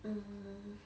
um